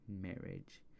marriage